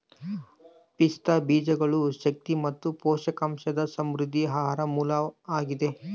ಪಿಸ್ತಾ ಬೀಜಗಳು ಶಕ್ತಿ ಮತ್ತು ಪೋಷಕಾಂಶದ ಸಮೃದ್ಧ ಆಹಾರ ಮೂಲ ಆಗಿದೆ